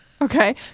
okay